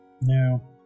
No